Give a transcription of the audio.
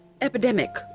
...epidemic